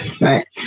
right